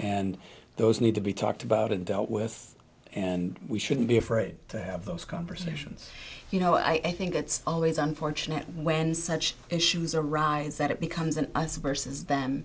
and those need to be talked about and dealt with and we shouldn't be afraid to have those conversations you know i think it's always unfortunate when such issues arise that it becomes an us versus them